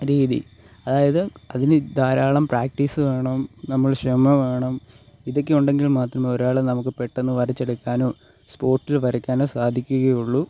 രീതി അതായത് അതിന് ധാരാളം പ്രാക്ടീസ് വേണം നമ്മൾ ക്ഷമ വേണം ഇതൊക്കെ ഉണ്ടെങ്കിൽ മാത്രമേ ഒരാളെ നമുക്ക് പെട്ടെന്ന് വരച്ചെടുക്കാനോ സ്പോട്ടിൽ വരക്കാനോ സാധിക്കുകയുള്ളൂ